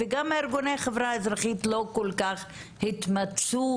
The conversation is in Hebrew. וגם ארגוני החברה האזרחית לא כל כך התמצו